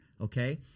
Okay